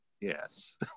yes